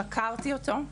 חקרתי אותו.